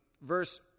verse